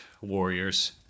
warriors